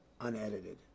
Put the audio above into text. unedited